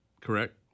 correct